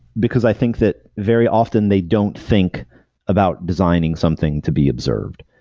because i think that very often they don't think about designing something to be observed.